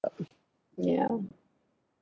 ah um ya